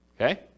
Okay